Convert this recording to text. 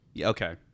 Okay